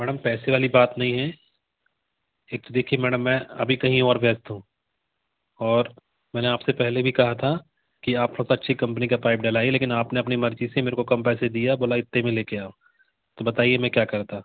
madam पैसे वाली बात नहीं है एक तो देखिए मैडम अभी कहीं और व्यस्त हूँ और मैंने आप से पहले भी कहा था कि आप पक्षी कम्पनी का पाइप डलाइए लेकिन आपने अपनी मर्ज़ी से मेरे को कम पैसे दिया बोला इतने में ले कर आओ तो बताइए मैं क्या करता